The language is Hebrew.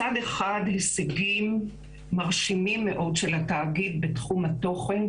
מצד אחד - הישגים מרשימים מאוד של התאגיד בתחום התוכן,